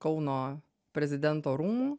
kauno prezidento rūmų